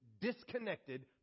disconnected